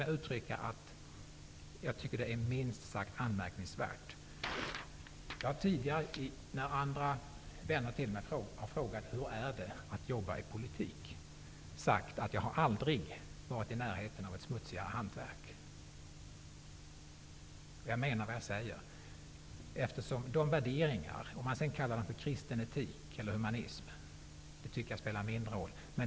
Jag tycker att det är minst sagt anmärkningsvärt. När vänner till mig tidigare har frågat: Hur är det att jobba med politik? har jag sagt att jag aldrig har varit i närheten av ett smutsigare hantverk, och jag menar vad jag säger. Det är fråga om värderingar. Om man sedan kallar dem för kristen etik eller humanism tycker jag spelar mindre roll.